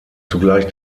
zugleich